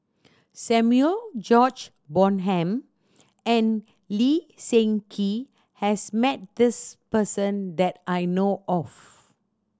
Samuel George Bonham and Lee Seng Gee has met this person that I know of